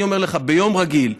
אני אומר לך: ביום רגיל,